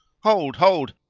hold! hold!